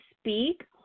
speak